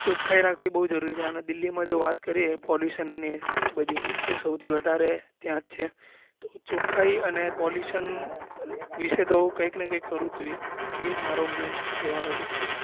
ચોખ્ખાઈ રાખવી બહુ જરૂરી છે અને દિલ્લીમાં જો વાત કરીએ પોલ્યુશનની ને એ બધી તો સૌથી વધારે ત્યાં જ છે તો ચોખ્ખાઈ અને પોલ્યુશન વિષે તો કંઈક ને કંઈક કરવું જ જોઈએ એ જ મારો મેઈન કહેવાનો હેતુ છે